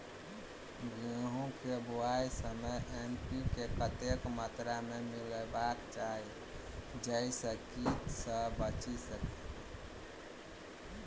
गेंहूँ केँ बुआई समय एन.पी.के कतेक मात्रा मे मिलायबाक चाहि जाहि सँ कीट सँ बचि सकी?